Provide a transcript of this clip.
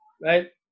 Right